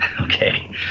Okay